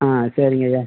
ஆ சரிங்கய்யா